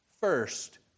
First